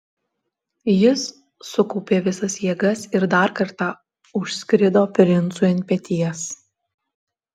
jis sukaupė visas jėgas ir dar kartą užskrido princui ant peties